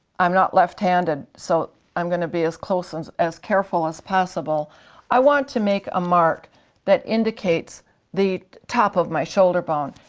i'm not left-handed so i'm going to be as close and as careful as possible i want to make a mark that indicates the top of my shoulder bone.